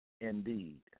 indeed